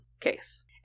case